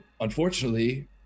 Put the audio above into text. unfortunately